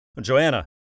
Joanna